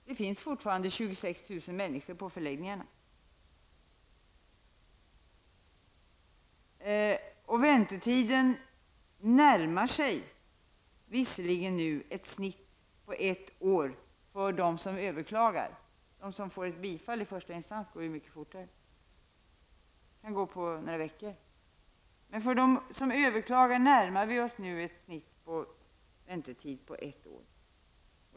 Det finns fortfarande 26 000 människor på förläggningarna. Väntetiden närmar sig visserligen ett snitt på ett år för dem som överklagar. För dem som får bifall i första instans går det mycket fortare. Det kan gå på några veckor. Men för dem som överklagar närmar vi oss nu ett snitt för väntetiden på ett år.